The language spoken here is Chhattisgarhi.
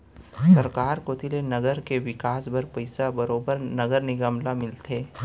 सरकार कोती ले नगर के बिकास बर पइसा बरोबर नगर निगम ल मिलथे